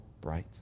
bright